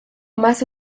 más